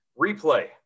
Replay